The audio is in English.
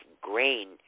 grain